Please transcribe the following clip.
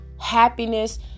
happiness